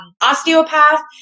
osteopath